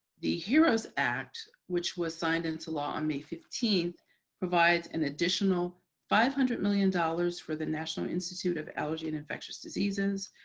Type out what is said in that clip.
the heroes act, which was signed into law on may fifteen provides an additional five hundred million dollars for the national institute of allergy and infectious diseases.